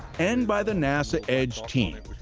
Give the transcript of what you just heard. and by the nasa edge team,